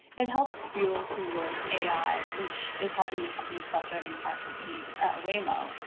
it helps fuel google's a i, which is helping the company's self-driving car company wammo.